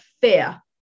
fear